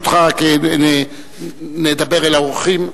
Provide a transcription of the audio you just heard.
ברשותך, נדבר אל האורחים.